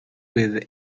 with